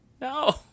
No